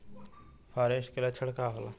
फारेस्ट के लक्षण का होला?